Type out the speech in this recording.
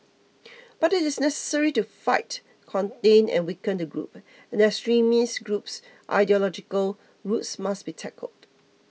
but it is necessary to fight contain and weaken the group and the extremist group's ideological roots must be tackled